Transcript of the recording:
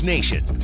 Nation